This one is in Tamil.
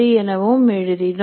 எனவும் எழுதினோம்